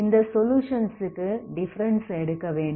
இந்த சொலுயுஷன்ஸ் க்கு டிஃபரன்ஸ் எடுக்கவேண்டும்